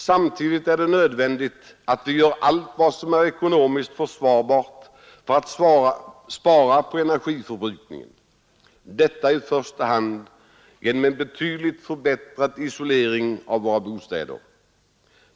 Samtidigt är det nödvändigt att vi gör allt som är ekonomiskt försvarbart för att spara på energiförbrukningen, detta i första hand genom en betydligt förbättrad isolering av våra bostäder.